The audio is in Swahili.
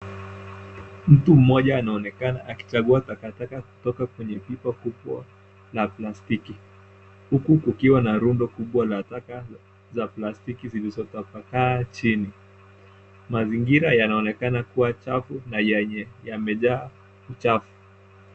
Mtu mmoja anaonekana akichagua takataka kutoka kwenye pipa kubwa la plastiki, huku kukiwa na rundo kubwa la taka za plastiki zilizotapakaa chini. Mazingira yanaonekana kuwa chafu na yenye yamejaa uchafu.